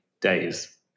days